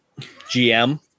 GM